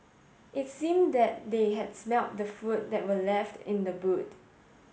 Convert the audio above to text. it seemed that they had smelt the food that were left in the boot